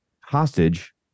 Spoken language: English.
hostage